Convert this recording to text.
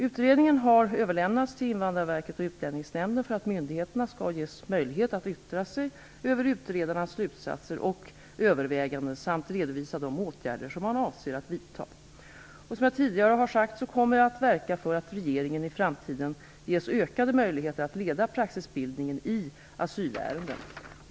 Utredningen har överlämnats till Invandrarverket och Utlänningsnämnden för att myndigheterna skall ges möjlighet att yttra sig över utredarnas slutsatser och överväganden samt redovisa de åtgärder som man avser vidta. Som jag tidigare sagt kommer jag att verka för att regeringen i framtiden ges ökade möjligheter att leda praxisbildningen i asylärenden.